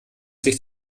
sich